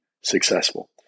successful